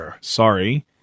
sorry